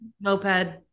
Moped